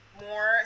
more